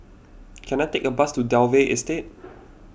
can I take a bus to Dalvey Estate